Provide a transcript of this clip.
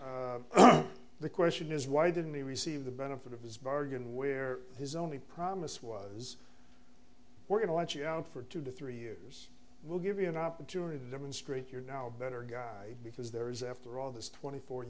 here the question is why didn't he receive the benefit of his bargain where his only promise was we're going to watch out for two to three years will give you an opportunity to demonstrate you're now a better guy because there is after all this twenty four